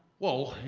well,